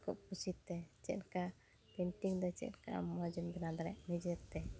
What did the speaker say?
ᱟᱠᱚᱣᱟᱜ ᱠᱩᱥᱤᱛᱮ ᱪᱮᱫᱠᱟ ᱯᱮᱱᱴᱤᱝ ᱫᱚ ᱪᱮᱫᱠᱟ ᱢᱚᱡᱮᱢ ᱵᱮᱱᱟᱣ ᱫᱟᱲᱮᱭᱟᱜ ᱱᱤᱡᱮᱛᱮ